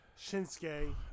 Shinsuke